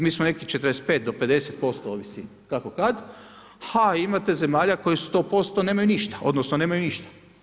Mi smo nekih 45 do 50%, ovisi kako kad, a imate zemalja koje 100% nemaju ništa odnosno nemaju ništa.